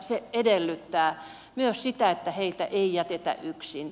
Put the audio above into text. se edellyttää myös sitä että heitä ei jätetä yksin